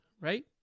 Right